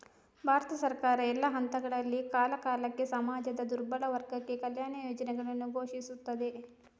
ಭಾರತ ಸರ್ಕಾರ, ಎಲ್ಲಾ ಹಂತಗಳಲ್ಲಿ, ಕಾಲಕಾಲಕ್ಕೆ ಸಮಾಜದ ದುರ್ಬಲ ವರ್ಗಕ್ಕೆ ಕಲ್ಯಾಣ ಯೋಜನೆಗಳನ್ನು ಘೋಷಿಸುತ್ತದೆ